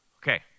okay